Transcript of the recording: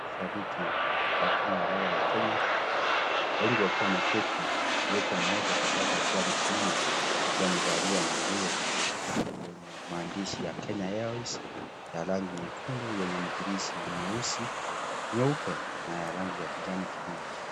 Shabiki wa timu ya raga ya kenya, wengi waliwa wameketi ikiwa mmoja peke yake akiwa amesimama. Akiwa amwvalia nguo yenye maandishi ya Kenya Airways, ya rangi nyekundu yenye michirizi mieupe, mieusi na ya rangi ya kijani kibichi.